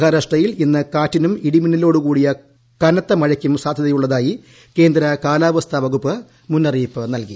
മഹാരാഷ്ട്രയിൽ ഇന്ന് കാറ്റിനും ഇടിമിന്നലോടും കൂടിയ കനത്ത മഴയ്ക്കും സാധ്യതയുള്ളതായി കേന്ദ്ര കാലാവസ്ഥാ വകുപ്പ് മുന്നറിയിപ്പ് നൽകി